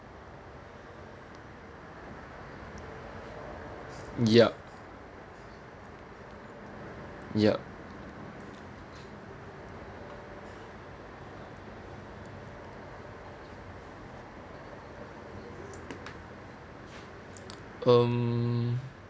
yup yup um